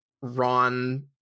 Ron